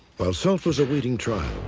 while self was awaiting trial,